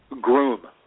groom